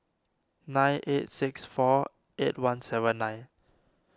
nine eight six four eight one seven nine